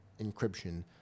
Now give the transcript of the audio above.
encryption